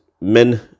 men